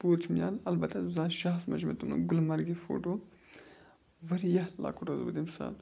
پوٗرٕ چھُم نہٕ یاد اَلبَتہ زٕ ساس شےٚ ہَس منٛز چھُ مےٚ تُلمُت گُلمَرگہِ فوٹو واریاہ لۄکُٹ اوسُس بہٕ تَمہِ ساتہٕ